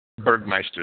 Bergmeister